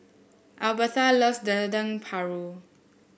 Albertha loves Dendeng Paru